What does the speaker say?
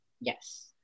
Yes